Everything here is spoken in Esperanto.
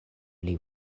pli